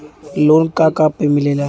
Loan का का पे मिलेला?